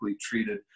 treated